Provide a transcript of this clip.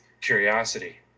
curiosity